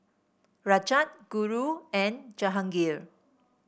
Rajat Guru and Jahangir